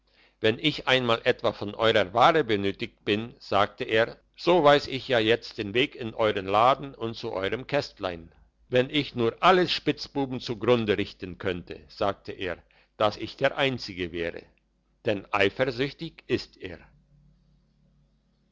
wenn ich einmal etwa von euerer ware benötiget bin sagte er so weiss ich ja jetzt den weg in euern laden und zu euerm kästlein wenn ich nur alle spitzbuben zu grunde richten könnte sagte er dass ich der einzige wäre denn eifersüchtig ist er